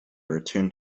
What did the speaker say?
returned